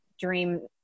dream